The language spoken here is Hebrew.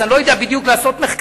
אז אני לא יודע בדיוק לעשות מחקרים,